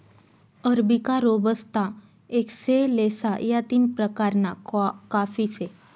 arabica, robusta, excelsa या तीन प्रकारना काफी से